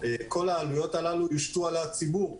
כל העלויות הללו יושתו על הציבור,